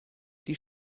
die